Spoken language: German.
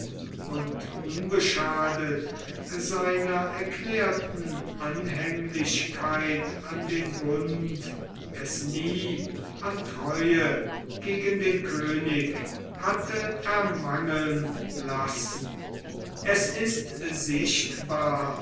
und unbeschadet seiner erklärten anhänglichkeit an den bund es nie an treue gegen den könig hatte ermangeln lassen es ist sichtbar